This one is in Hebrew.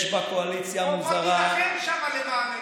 יש בקואליציה המוזרה, בוא תילחם שם למען,